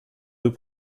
deux